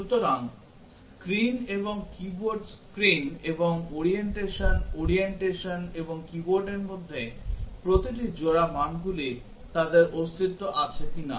সুতরাং স্ক্রিন এবং keyboard screen এবং ওরিয়েন্টেশন ওরিয়েন্টেশন এবং কীবোর্ডের মধ্যে প্রতিটি জোড়া মানগুলি তাদের অস্তিত্ব আছে কিনা